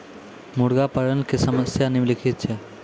मुर्गा पालन के समस्या निम्नलिखित छै